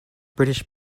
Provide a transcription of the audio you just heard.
british